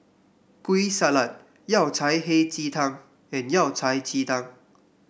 Kueh Salat Yao Cai Hei Ji Tang and Yao Cai Ji Tang